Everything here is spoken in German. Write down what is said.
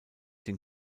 den